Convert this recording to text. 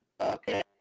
Okay